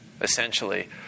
essentially